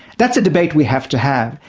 that's a debate we have to have,